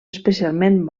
especialment